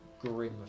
grim